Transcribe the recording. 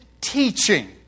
teaching